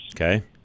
Okay